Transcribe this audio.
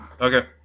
okay